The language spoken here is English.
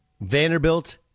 Vanderbilt